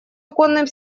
оконным